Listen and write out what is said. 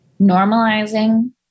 normalizing